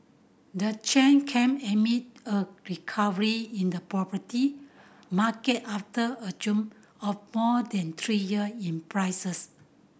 the change came amid a recovery in the property market after a of more than three year in prices